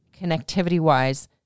connectivity-wise